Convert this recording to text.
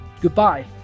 Goodbye